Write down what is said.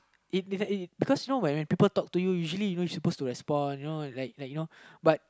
it because it because you know when when people talk to you usually you you supposed to respond but like like you know but